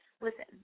listen